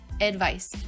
advice